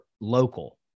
local